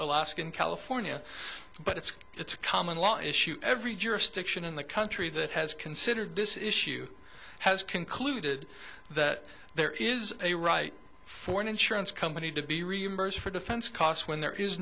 alaska in california but it's it's a common law issue every jurisdiction in the country that has considered this issue has concluded that there is a right for an insurance company to be reimbursed for defense costs when there is